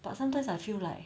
but sometimes I feel like